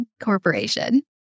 Corporation